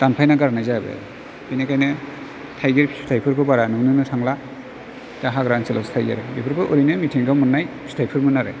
दानफायनानै गारनाय जाबाय आरो बेनिखायनो थाइगिर फिथाइफोरखौ बारा नुनोनो थांला दा हाग्रा ओनसोलावसो थाहैलायबाय बेफोरखौ ओरैनो मिथिंगायाव मोननाय फिथाइफोरमोन आरो